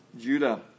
Judah